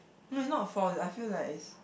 no it not a force I feel like it's